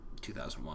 2001